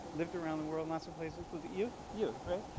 lived around the world lots of places. was it you? you. right?